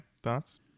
thoughts